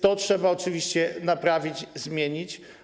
To trzeba oczywiście naprawić i zmienić.